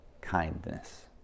kindness